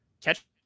catch